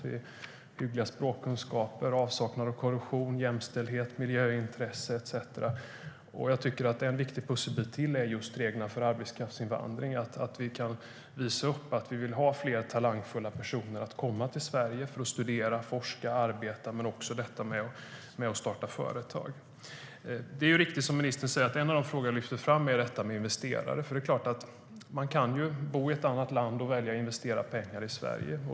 Vi har hyggliga språkkunskaper, avsaknad av korruption, jämställdhet, miljöintresse etcetera. Ytterligare en pusselbit är reglerna för arbetskraftsinvandring, alltså att vi kan visa upp att vi vill att fler talangfulla personer kommer till Sverige för att studera, forska, arbeta och starta företag. Det är riktigt, som ministern säger, att en av de frågor som jag lyfter fram handlar om investerare. Man kan ju bo i ett annat land och välja att investera pengar i Sverige.